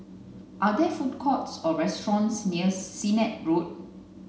are there food courts or restaurants near Sennett Road